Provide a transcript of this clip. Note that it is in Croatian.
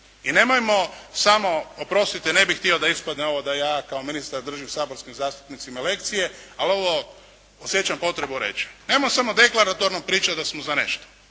I nemojmo samo, oprostite ne bih htio da ispadne ovo da ja kao ministar držim saborskim zastupnicima lekcije ali ovo osjećam potrebu reći. Nemojmo samo deklaratorno pričati da smo za nešto.